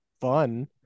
fun